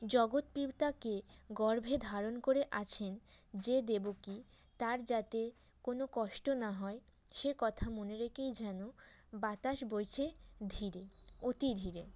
জগৎ পিতাকে গর্ভে ধারণ করে আছেন যে দেবকী তার যাতে কোনো কষ্ট না হয় সে কথা মনে রেখেই যেন বাতাস বইছে ধীরে অতি ধীরে